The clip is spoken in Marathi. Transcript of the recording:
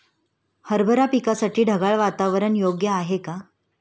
हरभरा पिकासाठी ढगाळ वातावरण योग्य आहे का?